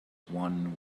won